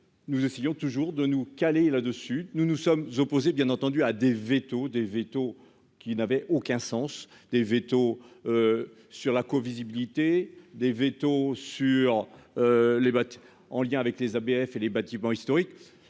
nous essayons toujours de nous caler là-dessus. Nous nous sommes opposés bien entendu à des véto des vetos qui n'avait aucun sens des véto. Sur la co-visibilité des véto sur. Les bottes en lien avec les ABF et les bâtiments historiques.